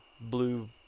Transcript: blue –